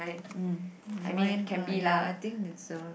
mm mine uh ya I think is a